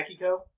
Akiko